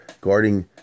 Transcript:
guarding